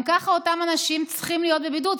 גם ככה אותם אנשים צריכים להיות בבידוד,